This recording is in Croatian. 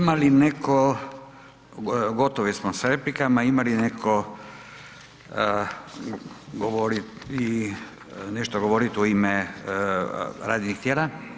Ima li netko, gotovi smo s replikama, ima li netko nešto govoriti u ime radnih tijela?